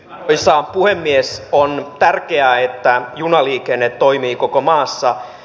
lapissa huivi espoon värkkiään että junaliikenne toimii koko maassa